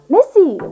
Missy